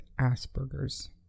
Asperger's